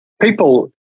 people